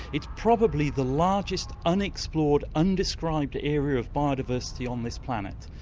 it's probably the largest unexplored, undescribed area of biodiversity on this planet.